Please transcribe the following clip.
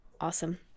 Awesome